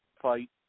fight